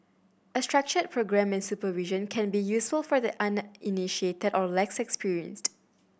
a structured programme and supervision can be useful for the uninitiated or less experienced